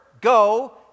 go